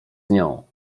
nią